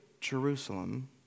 Jerusalem